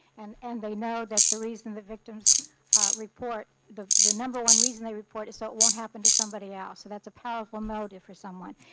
and and they know that the reason that victims report the the number one reason they report it, so it won't happen to somebody else. so that's a powerful motive for someone.